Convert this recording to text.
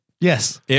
Yes